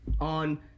on